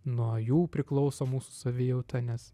nuo jų priklauso mūsų savijauta nes